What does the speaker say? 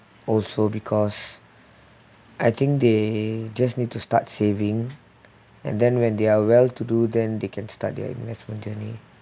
also because I think they just need to start saving and then when they are well to do then they can start their investment journey